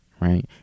right